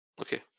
Okay